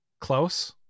Close